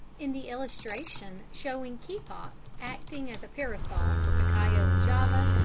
in the illustration showing kapok acting as a parasol for cacao in java,